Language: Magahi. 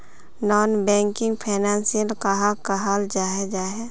नॉन बैंकिंग फैनांशियल कहाक कहाल जाहा जाहा?